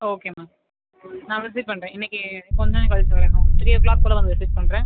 okay ma'am நான் visit பண்ணுறேன் இன்னிக்கு கொஞ்ச நேர கழிச்சு வரேன் மேம் த்ரீ ஓ க்ளாக் போல் வந்து விசிட் பண்ணுறேன்